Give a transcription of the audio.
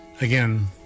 Again